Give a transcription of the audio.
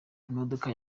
imodoka